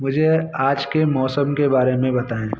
मुझे आज के मौसम के बारे में बताएँ